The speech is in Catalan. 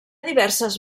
diverses